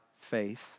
faith